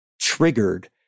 triggered